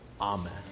Amen